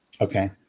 Okay